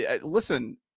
Listen